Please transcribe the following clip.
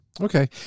Okay